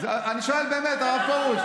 הרב פרוש,